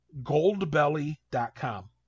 goldbelly.com